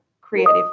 creative